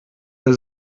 der